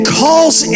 calls